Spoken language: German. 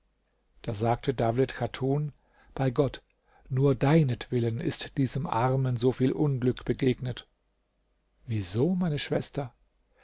da sagte dawlet chatun bei gott nur deinetwillen ist diesem armen so viel unglück begegnet wieso meine schwester